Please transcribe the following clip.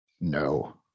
No